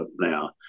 now